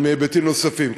אבל מהיבטים נוספים.